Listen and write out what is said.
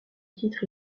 titre